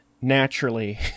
naturally